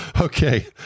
Okay